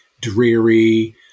dreary